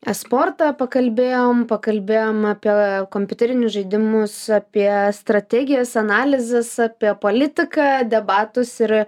esportą pakalbėjom pakalbėjom apie kompiuterinius žaidimus apie strategijas analizes apie politiką debatus ir